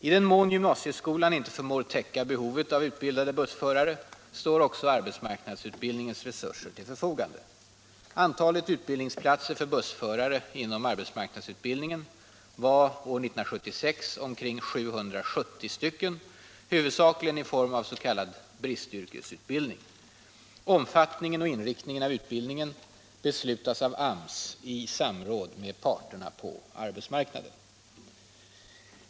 I den mån gymnasieskolan inte förmår täcka behovet av utbildade bussförare står också arbetsmarknadsutbildningens resurser till förfogande. Antalet utbildningsplatser för bussförare inom arbetsmarknadsutbildningen var år 1976 omkring 770; huvudsakligen rörde det sig om s.k. bristyrkesutbildning. Omfattningen och inriktningen av utbildningen beslutas av AMS i samråd med parterna på arbetsmarknaden.